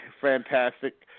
fantastic